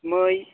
मै